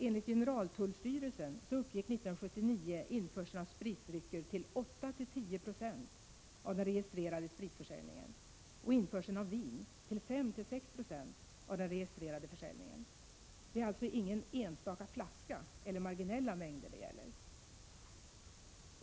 Enligt generaltullstyrelsen uppgick år 1979 införseln av spritdrycker till 8-10 26 av den registrerade spritförsäljningen och införseln av vin till 5-6 0 av den registrerade försäljningen. Det är alltså ingen enstaka flaska eller några marginella mängder det gäller.